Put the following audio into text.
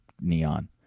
Neon